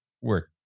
work